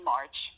March